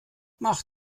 mach